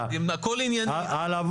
זה בדרך כלל הדיון הראשון